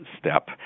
step